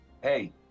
hey